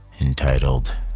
entitled